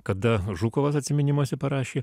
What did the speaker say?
kada žukovas atsiminimuose parašė